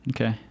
okay